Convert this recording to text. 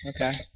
Okay